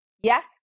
Yes